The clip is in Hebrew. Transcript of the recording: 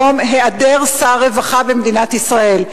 היעדר שר רווחה במדינת ישראל.